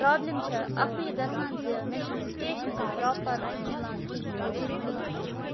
problem چھِ اَکٕے گژھان زِ مےٚ چھَ نہٕ سِٹیشنٔری پراپَر میلان کِہیٖنٛۍ یہِ زَن میلُن گَژھِ